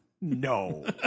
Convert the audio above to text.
No